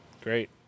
Great